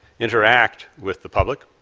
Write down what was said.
interact with the public,